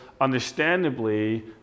understandably